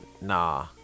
Nah